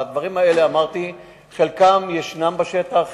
אמרתי על הדברים האלה שחלקם ישנם בשטח,